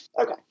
Okay